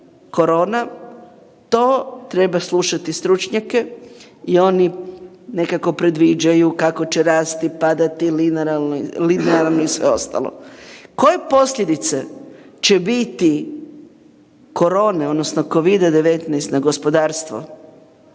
korona, to treba slušati stručnjake i oni nekako predviđaju kako će rasti, padati, linearno i sve ostalo. Koje posljedice će biti korone odnosno Covida-19 na gospodarstvo